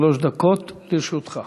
שלוש דקות לרשותך.